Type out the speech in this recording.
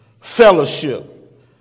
fellowship